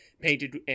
Painted